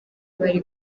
bari